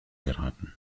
geraten